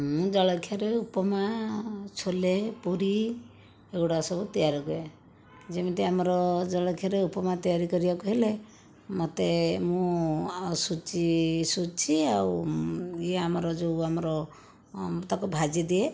ମୁଁ ଜଳଖିଆରେ ଉପମା ଛୋଲେ ପୁରୀ ଏଗୁଡ଼ା ସବୁ ତିଆରି ହୁଏ ଯେମିତି ଆମର ଜଳଖିଆରେ ଉପମା ତିଆରି କରିବାକୁ ହେଲେ ମୋତେ ମୁଁ ସୁଜି ସୁଜି ଆଉ ଇଏ ଆମର ଯେଉଁ ଆମର ତାକୁ ଭାଜି ଦିଏ